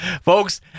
folks